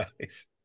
guys